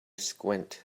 squint